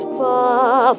far